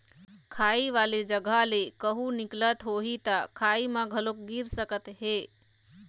खाई वाले जघा ले कहूँ निकलत होही त खाई म घलोक गिर सकत हे